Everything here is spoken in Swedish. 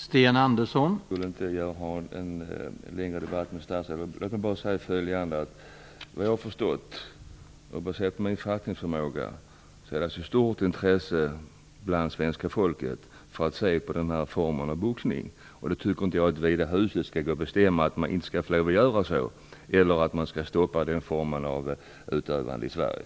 Herr talman! Jag skulle inte vilja ha någon längre debatt med statsrådet, men låt mig bara säga följande. Såvitt jag har förstått finns det ett stort intresse bland svenska folket att se denna form av boxning. Jag tycker därför inte att vi i det här huset skall bestämma att man inte skall få göra det eller att man skall stoppa denna utövning i Sverige.